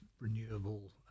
renewable